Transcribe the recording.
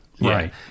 right